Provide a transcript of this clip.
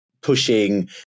pushing